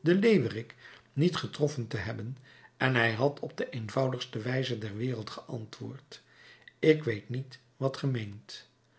de leeuwerik niet getroffen te hebben en hij had op de eenvoudigste wijze der wereld geantwoord ik weet niet wat